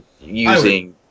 using